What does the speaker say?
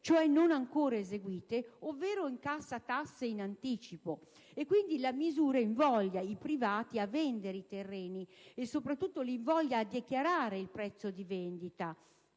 cioè non ancora eseguite, ovvero incassa tasse in anticipo, quindi la misura invoglia i privati a vendere i terreni e soprattutto a dichiarare il prezzo di vendita.